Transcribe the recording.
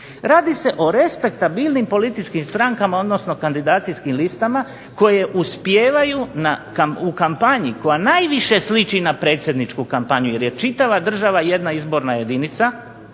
Radi se o respektabilnim političkim strankama, odnosno kandidacijskim listama koje uspijevaju u kampanji koja najviše sliči na predsjedničku kampanju jer je čitava država jedna izborna jedinica